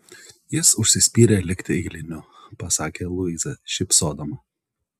jis užsispyrė likti eiliniu pasakė luiza šypsodama